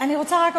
אני רוצה רק,